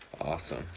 Awesome